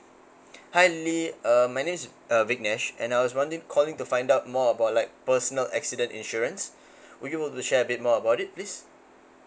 hi lily uh my name is uh viknesh and I was wondering calling to find out more about like personal accident insurance would you want to share a bit more about it please